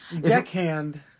Deckhand